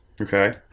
Okay